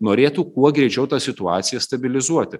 norėtų kuo greičiau tą situaciją stabilizuoti